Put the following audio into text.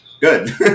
good